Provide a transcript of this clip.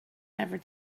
never